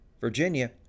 virginia